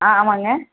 ஆ ஆமாங்க